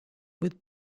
with